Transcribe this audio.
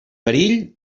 perill